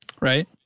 Right